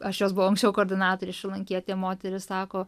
aš jos buvau anksčiau koordinatorė šrilankietė moteris sako